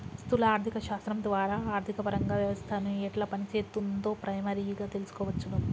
స్థూల ఆర్థిక శాస్త్రం ద్వారా ఆర్థికపరంగా వ్యవస్థను ఎట్లా పనిచేత్తుందో ప్రైమరీగా తెల్సుకోవచ్చును